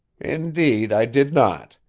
indeed i did not.